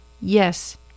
Yes